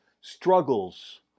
struggles